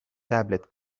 tablet